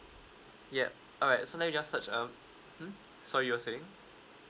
yup alright so let me just search um mm sorry you're saying